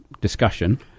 discussion